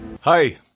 Hi